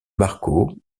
marco